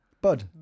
Bud